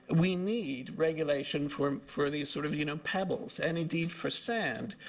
we need regulation for for these sort of you know pebbles and, indeed, for sand.